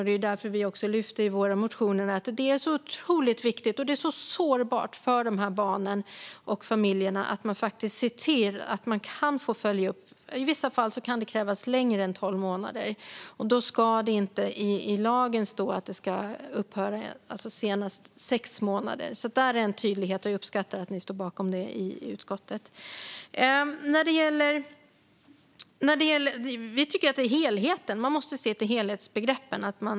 Det är därför vi också lyfter i vår motion att det är otroligt viktigt - det är så sårbart för dessa barn och familjer - att se till att man kan följa upp. I vissa fall kan det krävas längre tid än tolv månader. Då ska det inte i lagen stå att det ska upphöra senast efter sex månader. Det är en tydlighet. Jag uppskattar att ni står bakom detta i utskottet. Vi tycker att man måste se till helheten.